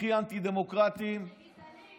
הכי אנטי-דמוקרטים, וגזענים.